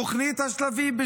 תוכנית השלבים.